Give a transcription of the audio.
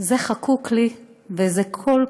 זה חקוק לי, וזה כל כך,